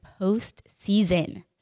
postseason